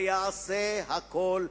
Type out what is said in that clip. ויעשה הכול,